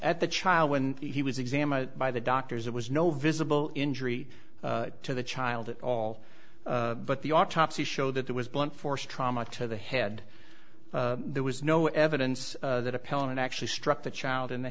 at the child when he was examined by the doctors there was no visible injury to the child at all but the autopsy showed that there was blunt force trauma to the head there was no evidence that appellant actually struck the child in the